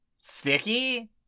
Sticky